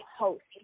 host